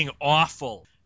awful